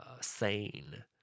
sane